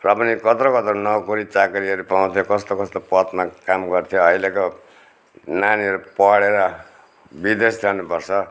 र पनि कत्रो कत्रो नोकरी चाकरीहरू पाउँथ्यो कस्तो कस्तो पदमा काम गर्थ्यो अहिलेको नानीहरू पढेर विदेश जानुपर्छ